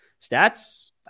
stats